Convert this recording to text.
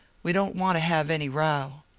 we don't want to have any row.